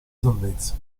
salvezza